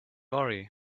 worry